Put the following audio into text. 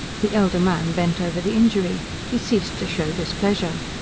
the elder man bent over the injury. he ceased to show displeasure.